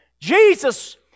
Jesus